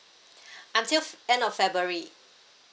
until end of february